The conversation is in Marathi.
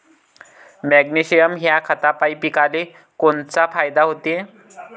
मॅग्नेशयम ह्या खतापायी पिकाले कोनचा फायदा होते?